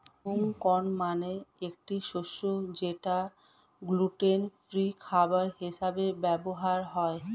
broom corn মানে একটি শস্য যেটা গ্লুটেন ফ্রি খাবার হিসেবে ব্যবহার হয়